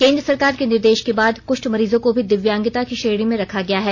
केंद्र सरकार के निर्देश के बाद कृष्ठ मरीजों को भी दिव्यांगता की श्रेणी में रखा गया है